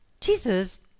Jesus